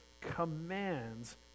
commands